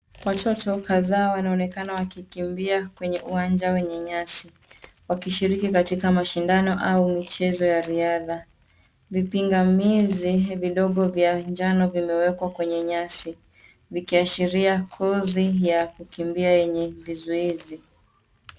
Watoto kadhaa wanaoenekana wakikimbia kwenye uwanja wenye nyasi wakishiriki katika mashindano au michezo ya riadha. Vipingamizi vidogo vya njano vimewekwa kwenye nyasi vikiashiria kozi ya kukikimbia yenye vizuizi.